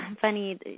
Funny